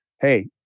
hey